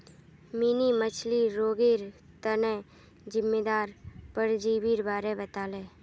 mini मछ्लीर रोगेर तना जिम्मेदार परजीवीर बारे बताले